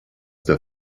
der